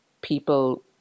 people